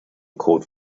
code